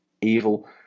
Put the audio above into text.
Evil